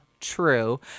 true